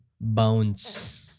bounce